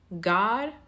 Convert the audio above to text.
God